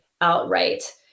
outright